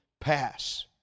pass